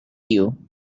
you